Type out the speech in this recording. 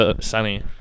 sunny